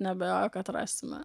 neabejoju kad rasime